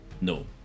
No